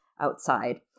outside